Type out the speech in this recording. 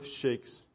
shakes